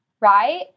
right